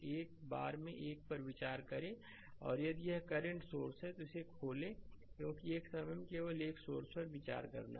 एक बार में एक पर विचार करें और यदि यह एक करंट सोर्स है तो इसे ऐसे खोलें क्योंकि एक समय में केवल एक सोर्स पर विचार करना है